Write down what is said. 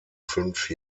fünf